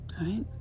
Right